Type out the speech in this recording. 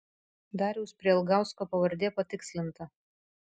dariaus prialgausko pavardė patikslinta